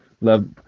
love